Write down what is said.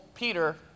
Peter